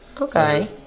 Okay